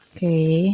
Okay